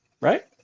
right